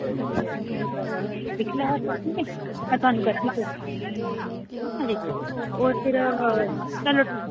दिक्खी लैओ तुस ठीक ऐ मैं तुहानू करगी फोन होर फिर चलो ठीक